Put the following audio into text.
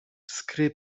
skry